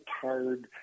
tired